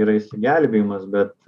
yra išsigelbėjimas bet